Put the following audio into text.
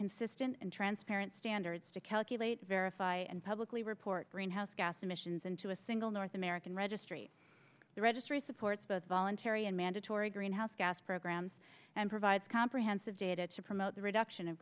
consistent and transparent standards to calculate verify and publicly report greenhouse gas emissions and to a single north american registry the registry supports both voluntary and mandatory greenhouse gas programs and provides comprehensive data to promote the reduction of